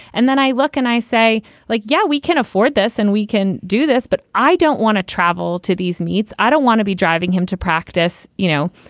and then i look and i say like, yeah, we can afford this and we can do this. but i don't want to travel to these meats. i don't want to be driving him to practice, you know,